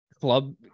club